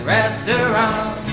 Restaurant